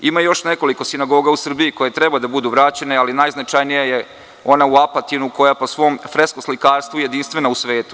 Ima još nekoliko sinagoga u Srbiji koje treba da budu vraćene, ali najznačajnija je ona u Apatinu koja je po svom fresko-slikarstvu jedinstvena u svetu.